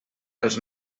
els